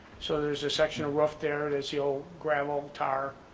so there's a section of roof there, that's your gravel tar,